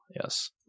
Yes